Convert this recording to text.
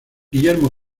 guillermo